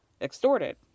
extorted